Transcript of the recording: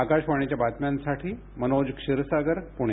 आकाशवाणीच्या बातम्यांसाठी मनोज क्षीरसागर पुणे